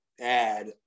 add